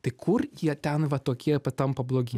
tai kur jie ten va tokie patampa blogi